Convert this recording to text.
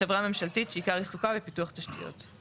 חברה ממשלתית שעיקר עיסוקה בפיתוח תשתיות.";